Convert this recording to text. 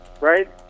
right